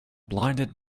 blinded